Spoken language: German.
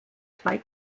zwei